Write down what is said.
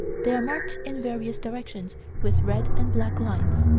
they are marked in various directions with red and black lines.